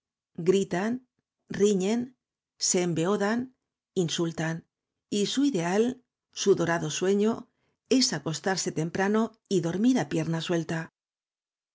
gritan riñen se embeodan insultan y su ideal su dorado sueño es acostarse temprano y dormir á pierna suelta